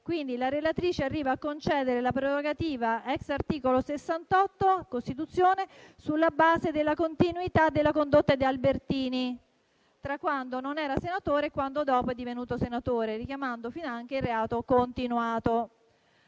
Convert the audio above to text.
La relatrice arriva, quindi, a concedere la prerogativa *ex* articolo 68 della Costituzione sulla base della continuità della condotta di Albertini tra quando non era senatore e quando è divenuto tale, richiamando finanche il reato continuato.